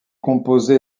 composé